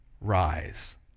rise